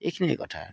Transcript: এইখিনিয়ে কথা আৰু